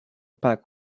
pack